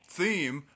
theme